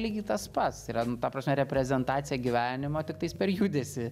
lygiai tas pats tai yra nu ta prasme reprezentacija gyvenimo tiktais per judesį